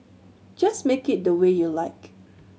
just make it the way you like